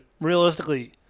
realistically